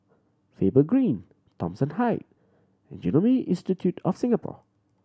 Faber Green Thomson Height Genome Institute of Singapore